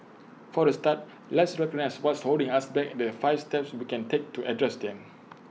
for A start let's recognise what's holding us back the five steps we can take to address them